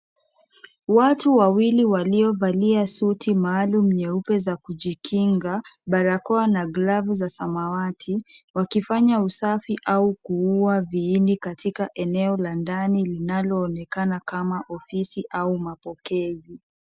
Watu wawili waliovalia suti maalumu nyeupe za kujikinga; barakoa na glavu za samawati, wakifanya usafi au kuua viini katika eneo la ndani linaloonekana kama ofisi au mapokezi.